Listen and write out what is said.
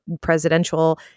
presidential